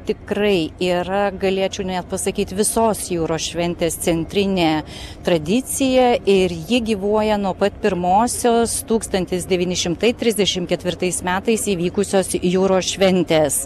tikrai yra galėčiau net pasakyt visos jūros šventės centrinė tradicija ir ji gyvuoja nuo pat pirmosios tūkstantis devyni šimtai trisdešim ketvirtais metais įvykusios jūros šventės